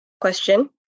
question